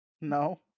No